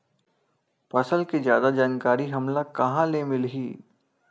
फसल के जादा जानकारी हमला कहां ले मिलही?